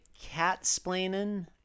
cat-splaining